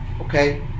okay